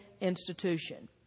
institution